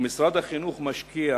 ומשרד החינוך משקיע